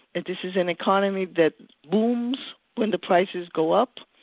and this is an economy that booms when the prices go up,